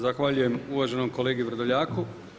Zahvaljujem uvaženom kolegi Vrdoljaku.